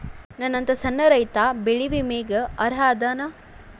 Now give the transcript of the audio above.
ನನ್ನಂತ ಸಣ್ಣ ರೈತಾ ಬೆಳಿ ವಿಮೆಗೆ ಅರ್ಹ ಅದನಾ?